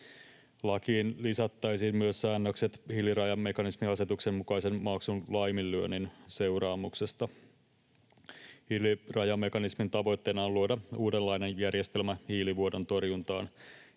Lakiin lisättäisiin myös säännökset hiilirajamekanismiasetuksen mukaisen maksun laiminlyönnin seuraamuksesta. Hiilirajamekanismin tavoitteena on luoda uudenlainen järjestelmä hiilivuodon torjuntaan.